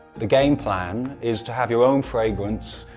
the game plan is to have your own fragrance,